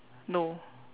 no